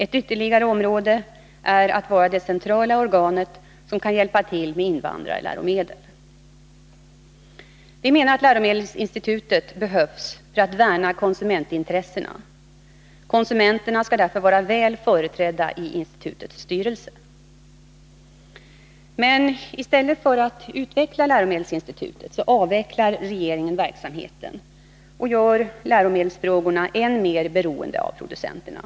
Ett ytterligare område är att vara det centrala organ som kan hjälpa till med invandrarläromedel. Vi menar att läromedelsinstitutet behövs för att värna konsumentintressena. Konsumenterna skall därför vara väl företrädda i institutets styrelse. Men i stället för att utveckla läromedelsinstitutet avvecklar regeringen verksamheten och gör läromedelsfrågorna än mer beroende av producenterna.